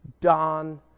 Don